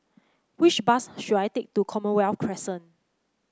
which bus should I take to Commonwealth Crescent